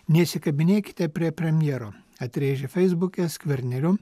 nesikabinėkite prie premjero atrėžė feisbuke skverneliu